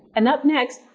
and up next,